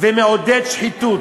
מעודד שחיתות.